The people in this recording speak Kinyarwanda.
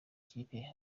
kipe